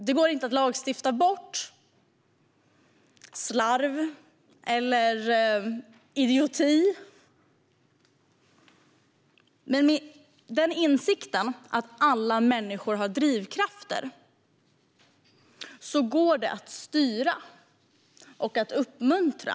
Det går inte att lagstifta bort slarv eller idioti, men med insikten att alla människor har drivkrafter går det att styra och uppmuntra.